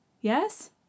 Yes